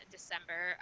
December